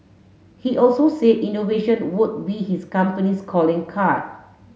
he also said innovation would be his company's calling card